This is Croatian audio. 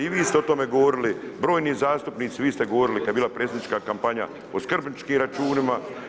I vi ste o tome govorili, brojni zastupnici, vi ste govorili kada je bila predsjednička kampanja o skrbničkim računima.